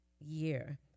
year